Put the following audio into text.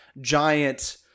giant